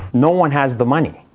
no one has the money.